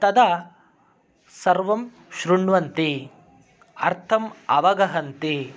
तदा सर्वं श्रुण्वन्ति अर्थम् अवगहन्ति